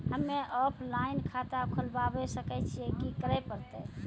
हम्मे ऑफलाइन खाता खोलबावे सकय छियै, की करे परतै?